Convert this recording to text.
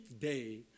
day